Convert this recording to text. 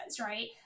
right